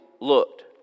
looked